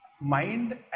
mind